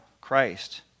Christ